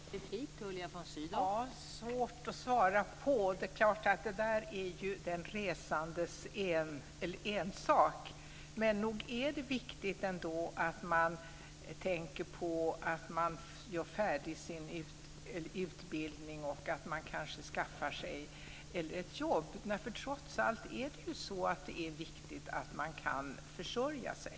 Fru talman! Det där är det svårt att svara på. Det är klart att det är den enskildes ensak men nog är det viktigt att tänka på att man blir färdig med sin utbildning och skaffar sig ett jobb. Trots allt är det ju viktigt att man kan försörja sig.